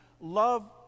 love